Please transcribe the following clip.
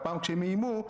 והפעם כשהם איימו,